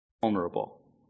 vulnerable